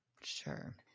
sure